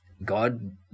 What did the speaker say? God